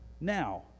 now